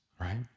right